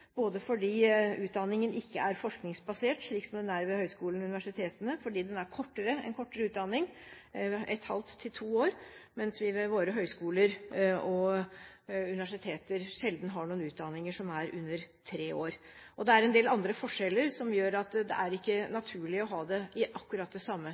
både fordi utdanningen ikke er forskningsbasert, slik den er ved høyskolene og universitetene, og fordi det er en kortere utdanning, et halvt til to år, mens vi ved våre høyskoler og universiteter sjelden har noen utdanninger som er under tre år. Det er også en del andre forskjeller som gjør at det ikke er naturlig å ha akkurat det samme